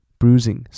bruising